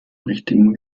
richtigen